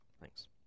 Thanks